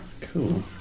cool